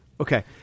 Okay